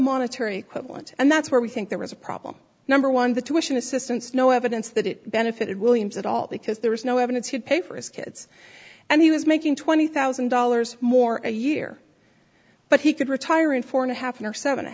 monetary equivalent and that's where we think there was a problem number one the tuition assistance no evidence that it benefited williams at all because there was no evidence to pay for his kids and he was making twenty thousand dollars more a year but he could retire in four and a half an hour seven a